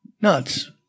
nuts